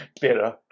bitter